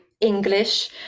english